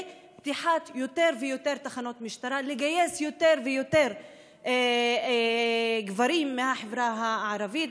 פתיחת יותר ויותר תחנות משטרה וגיוס יותר ויותר גברים מהחברה הערבית,